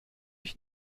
ich